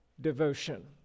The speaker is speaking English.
devotion